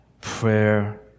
Prayer